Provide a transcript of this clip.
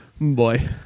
boy